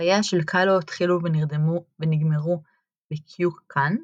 חייה של קאלו החלו ונגמרו בקויואקן ,